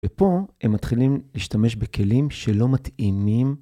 ופה הם מתחילים להשתמש בכלים שלא מתאימים.